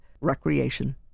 recreation